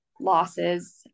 losses